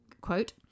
quote